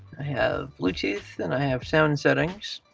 i have bluetooth and i have sound settings.